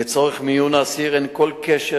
לצורך מיון האסיר אין כל קשר